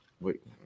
wait